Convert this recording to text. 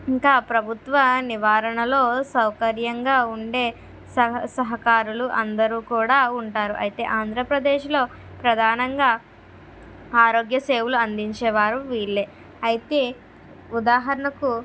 ఇంకా ప్రభుత్వ నివారణలో సౌకర్యంగా ఉండే సహా సహకారులు అందరూ కూడా ఉంటారు అయితే ఆంధ్రప్రదేశ్లో ప్రధానంగా ఆరోగ్య సేవలు అందించేవారు వీళ్ళే అయితే ఉదాహరణకు